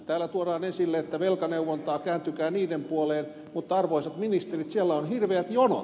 täällä tuodaan esille että on velkaneuvontaa kääntykää niiden puoleen mutta arvoisat ministerit siellä on hirveät jonot